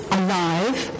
alive